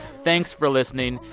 thanks for listening.